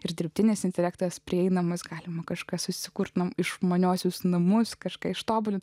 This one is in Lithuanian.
ir dirbtinis intelektas prieinamas galima kažkas susikurtumei išmaniuosius namus kažką ištobulinti